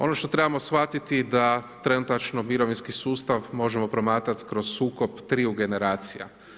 Ono što trebamo shvatiti da trenutačno mirovinski sustav možemo promatrati kroz sukob triju generacija.